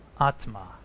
atma